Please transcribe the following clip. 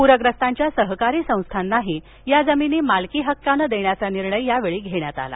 पूरग्रस्तांच्या सहकारी संस्थांनाही या जमिनी मालकी हक्काने देण्याचा निर्णयही यावेळी घेण्यात थाला